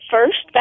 First